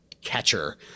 catcher